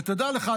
שתדע לך,